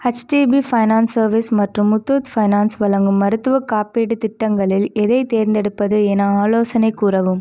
HDB finance service மற்றும் Muthoot finance வழங்கும் மருத்துவக் காப்பீட்டுத் திட்டங்களில் எதைத் தேர்ந்தெடுப்பது என ஆலோசனை கூறவும்